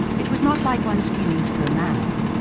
it was not like one's feelings for a man.